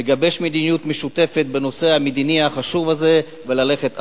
לגבש מדיניות משותפת בנושא המדיני החשוב הזה וללכת הלאה.